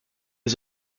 les